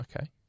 Okay